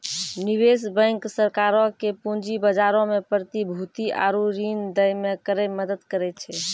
निवेश बैंक सरकारो के पूंजी बजारो मे प्रतिभूति आरु ऋण दै मे करै मदद करै छै